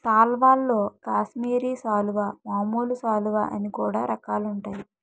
సాల్వల్లో కాశ్మీరి సాలువా, మామూలు సాలువ అని కూడా రకాలుంటాయి